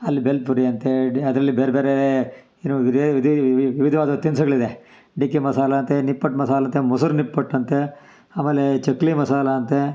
ಅಲ್ಲಿ ಭೇಲ್ ಪುರಿ ಅಂತೆ ಡಿ ಅದರಲ್ಲಿ ಬೇರೆ ಬೇರೆ ಏನೂ ವಿದಿ ವಿಧ ವಿವಿಧವಾದ ತಿನಿಸುಗಳಿದೆ ಟಿಕ್ಕಿ ಮಸಾಲಾ ಅಂತೆ ನಿಪ್ಪಟ್ಟು ಮಸಾಲಾ ಅಂತೆ ಮೊಸರು ನಿಪ್ಪಟ್ಟು ಅಂತೆ ಆಮೇಲೆ ಚಕ್ಲಿ ಮಸಾಲಾ ಅಂತೆ